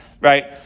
right